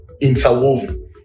interwoven